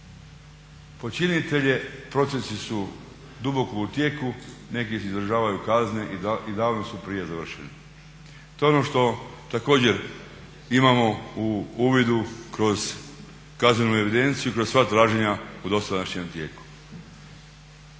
počinitelje procesi su duboko u tijeku, neki izdržavaju kazne i davno su prije završili. To je ono što također imamo u uvidu kroz kaznenu evidenciju i kroz sva traženja u dosadašnjem tijeku.